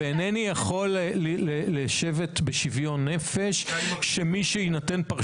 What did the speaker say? אני חושבת שאפשר להציע פתרון.